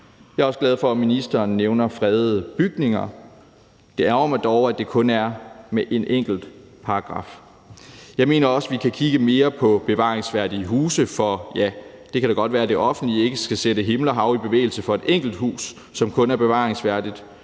Jeg er også glad for, at ministeren nævner fredede bygninger, men det ærgrer mig dog, at det kun er med en enkelt paragraf. Jeg mener også, vi kan kigge mere på bevaringsværdige huse, for det kan da godt være, at det offentlige ikke skal sætte himmel og hav i bevægelse for kun et enkelt hus, som er bevaringsværdigt,